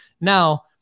Now